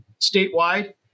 statewide